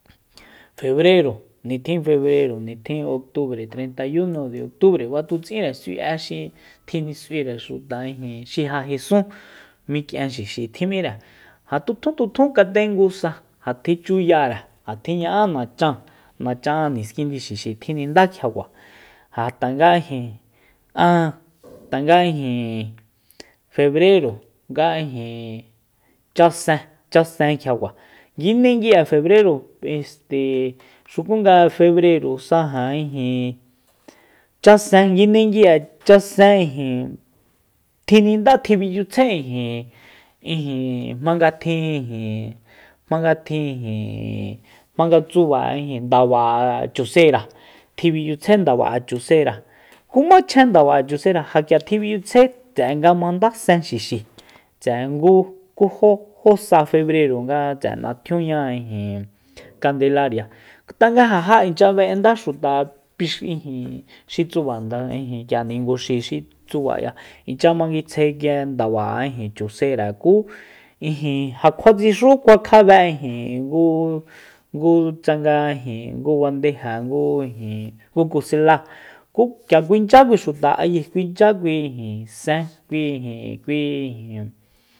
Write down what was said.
Febrero nitjin febrero nitjin octubre treintayuno de octubre batutsinre s'ui'e xi tjinis'uire xuta ijin xi ja jesún mik'ien xixi tjim'íre ja tjutjuntjutjun katengu sa ja tjichuyare ja tjiña'an nachan nachan niskindi xixi tjininda kjiakua ja tanga ijin a tanga ijin febrero nga ijin ch'asen ch'asen kjiakua nguindegui'e febrero este xuku nga febrerosa ja ijin ch'asen nguindegui'e ch'asen ijin tjinindá tjimichitjae ijin- ijin jmanga tjin ijin jmanga tjin ijin jmanga tsuba ijin ndaba'e chusera tjiminchyitsjae ndaba'e chusera ku jmá chen ndaba'e chusera ja k'ia tjinmichyitsjae tse'e nga mandá sen xixi tse'e ngu ku jó-jó sa febrero nga tse'e natjunia ijin kandelaria tanga ja ja inchya be'a nda xuta kui xi ijin xi tsubanda k'ia ninguxi xi tsuba k'ia inchya manguitsjae nguije ndaba'e chusera ku ijin ja kjua tsixu kuakjabe ijin ngu- ngu tsanga ijin ngu bandeja ngu ijin ngu kuseláa ku k'ia kuinchya kui xuta ayi kuinchya kui sen kui ijin kui ijin